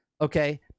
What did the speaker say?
okay